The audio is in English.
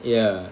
ya